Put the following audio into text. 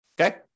Okay